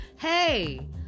hey